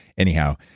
anyhow,